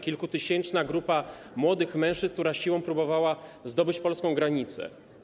Kilkutysięczna grupa młodych mężczyzn siłą próbowała zdobyć polską granicę.